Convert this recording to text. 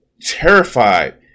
terrified